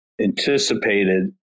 anticipated